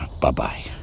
Bye-bye